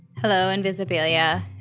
hello, invisibilia.